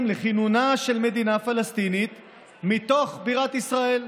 לכינונה של מדינה פלסטינית מתוך בירת ישראל.